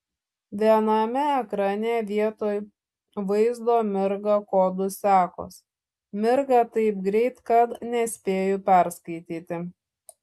viename ekrane vietoj vaizdo mirga kodų sekos mirga taip greit kad nespėju perskaityti